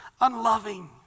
unloving